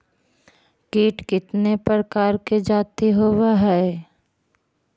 कीट कीतने प्रकार के जाती होबहय?